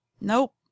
nope